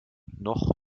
noch